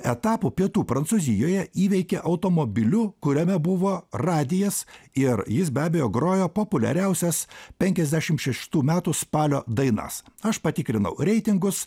etapą pietų prancūzijoje įveikia automobiliu kuriame buvo radijas ir jis be abejo grojo populiariausias penkiasdešim šeštų metų spalio dainas aš patikrinau reitingus